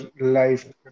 life